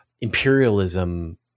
imperialism